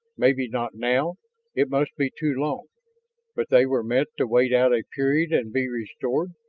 maybe not now it must be too long but they were meant to wait out a period and be restored.